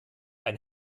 ein